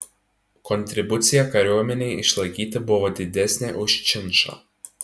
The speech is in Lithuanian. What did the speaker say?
kontribucija kariuomenei išlaikyti buvo didesnė už činšą